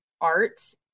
art